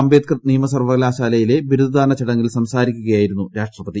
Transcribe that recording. അംബേദ്കർ നിയമ സർവ്വകലാശാലയിലെ ബിരുദദാന ചടങ്ങിൽ സംസാരിക്കുകയായിരുന്നു രാഷ്ട്രപതി